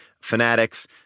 fanatics